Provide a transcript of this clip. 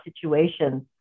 situations